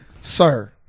sir